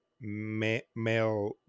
male